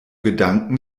gedanken